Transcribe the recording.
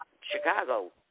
Chicago